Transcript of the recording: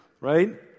right